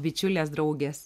bičiulės draugės